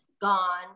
gone